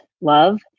love